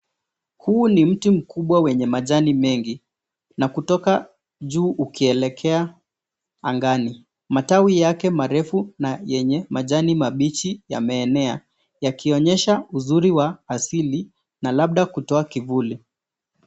Huu ni mti mkubwa wenye majani mengi, na kutoka juu ukielekea angani. Matawi yake marefu na yenye majani mabichi yameenea, yakionyesha uzuri wa asili na labda kutoa kivuli.